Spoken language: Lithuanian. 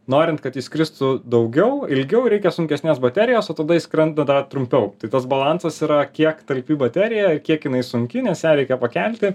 norint kad jis skristų daugiau ilgiau reikia sunkesnės baterijos o tada jis skrenda dar trumpiau tas balansas yra kiek talpi baterija kiek jinai sunki nes ją reikia pakelti